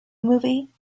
movie